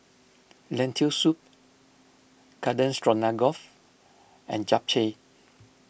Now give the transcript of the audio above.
Lentil Soup Garden Stroganoff and Japchae